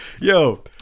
Yo